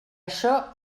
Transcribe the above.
això